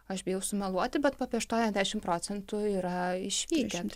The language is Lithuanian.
aš bijau sumeluoti bet apie aštuoniasdešimt procentų yra išvykę